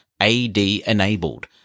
AD-enabled